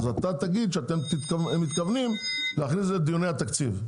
אז אתה תגיד שאתם מתכוונים להכניס את זה לדיוני התקציב.